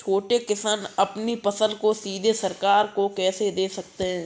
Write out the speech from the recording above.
छोटे किसान अपनी फसल को सीधे सरकार को कैसे दे सकते हैं?